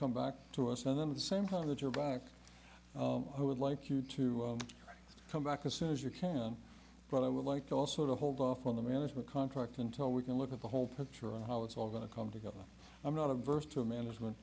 come back to us on the same time that you're back i would like you to come back as soon as you can but i would like also to hold off on the management contract until we can look at the whole picture and how it's all going to come together i'm not averse to a management